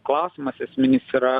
klausimas esminis yra